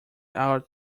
out